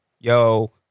yo